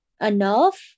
enough